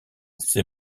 ces